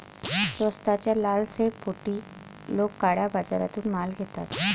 स्वस्ताच्या लालसेपोटी लोक काळ्या बाजारातून माल घेतात